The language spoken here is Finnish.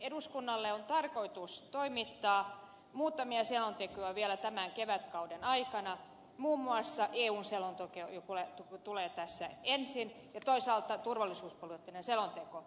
eduskunnalle on tarkoitus toimittaa muutamia selontekoja vielä tämän kevätkauden aikana muun muassa eu selonteko joka tulee tässä ensin ja toisaalta turvallisuuspoliittinen selonteko